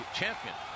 champion